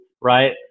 right